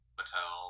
patel